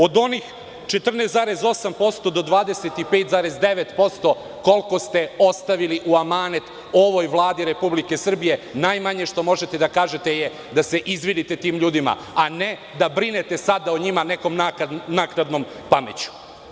Od onih 14,8% do 25,9% koliko ste ostavili u amanet ovoj Vladi Republike Srbije, najmanje što možete da kažete je da se izvinite tim ljudima, a ne da brinete sada o njima nekom naknadnom pameću.